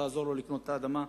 שתעזור לו לקנות את האדמה.